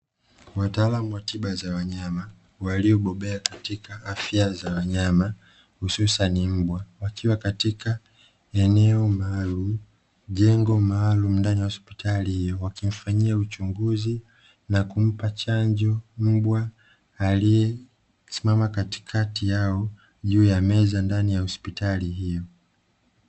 Wataalamu wa tiba za wanyama waliobobea katika afya za wanyama , hususani mbwa ,wakiwa katika eneo maalumu, jengo maalumu ndani ya hospitali wakifanyiwa uchunguzi na kumpa chanjo mbwa aliesimama katikati yao juu ya meza ndani ya hospitali hiyo .